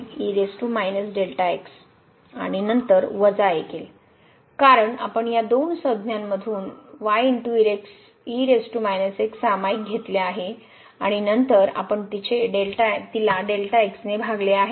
आणि नंतर 1 कारण आपण या दोन संज्ञांमधून आपण घेतले आहे आणि नंतर आपण तिथे ने भागले आहे